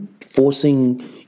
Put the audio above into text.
Forcing